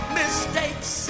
mistakes